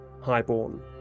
highborn